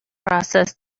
process